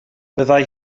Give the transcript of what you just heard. byddai